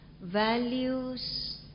values